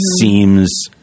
seems